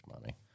money